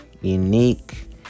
unique